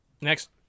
Next